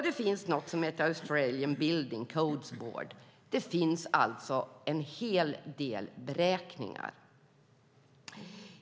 Det finns något som heter Australian Building Codes Board. Det finns alltså en hel del beräkningar.